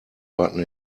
button